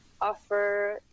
offer